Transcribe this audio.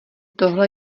tohle